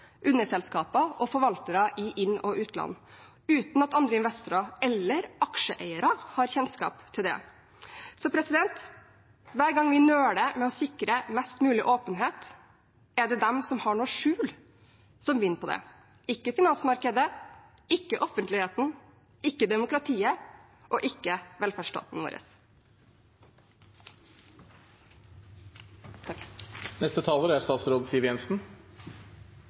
underselskaper og forvaltere i inn- og utland uten at andre investorer eller aksjeeiere har kjennskap til det. Så hver gang vi nøler med å sikre mest mulig åpenhet, er det de som har noe å skjule, som vinner på det – ikke finansmarkedet, ikke offentligheten, ikke demokratiet og ikke velferdsstaten